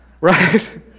Right